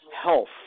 health